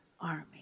army